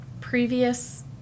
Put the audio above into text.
previous